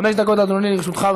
חמש דקות, אדוני, לרשותך.